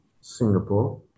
Singapore